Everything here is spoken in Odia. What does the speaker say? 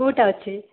କେଉଁଟା ଅଛି